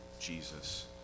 Jesus